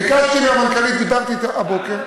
ביקשתי מהמנכ"לית, דיברתי אתה הבוקר.